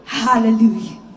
hallelujah